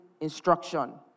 instruction